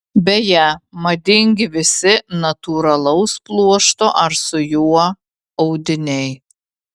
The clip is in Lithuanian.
beje madingi visi natūralaus pluošto ar su juo audiniai